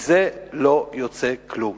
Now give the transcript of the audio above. לא יוצא מזה כלום.